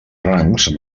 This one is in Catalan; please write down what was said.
rangs